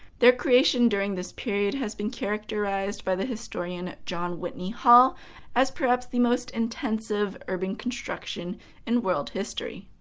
their creation during this period has been characterized by the historian john whitney hall as perhaps the most intensive urban construction in world history.